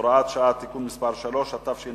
(הוראת שעה) (תיקון מס' 3), התש"ע